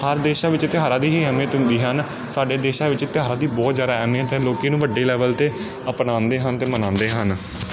ਹਰ ਦੇਸ਼ਾਂ ਵਿੱਚ ਤਿਉਹਾਰਾਂ ਦੀ ਹੀ ਅਹਿਮੀਅਤ ਹੁੰਦੀ ਹਨ ਸਾਡੇ ਦੇਸ਼ਾਂ ਵਿੱਚ ਤਿਉਹਾਰ ਦੀ ਬਹੁਤ ਜ਼ਿਆਦਾ ਅਹਿਮੀਅਤ ਹੈ ਲੋਕ ਇਹਨੂੰ ਵੱਡੇ ਲੈਵਲ 'ਤੇ ਅਪਣਾਉਂਦੇ ਹਨ ਅਤੇ ਮਨਾਉਂਦੇ ਹਨ